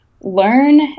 learn